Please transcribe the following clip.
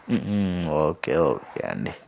ఒకే okay అండి